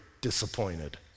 disappointed